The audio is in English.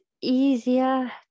easier